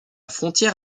frontière